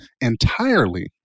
entirely